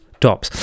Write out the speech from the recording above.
Tops